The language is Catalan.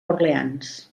orleans